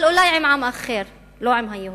אבל אולי עם עם אחר, לא עם היהודים.